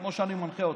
כמו שאני מנחה אותך.